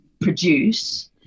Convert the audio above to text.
produce